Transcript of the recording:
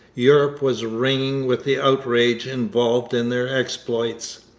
europe was ringing with the outrage involved in their exploits.